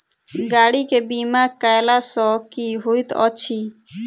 गाड़ी केँ बीमा कैला सँ की होइत अछि?